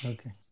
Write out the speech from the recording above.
Okay